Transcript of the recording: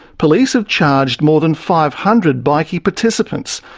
police have charged more than five hundred bikie participants,